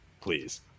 please